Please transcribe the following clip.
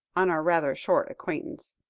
on our rather short acquaintance?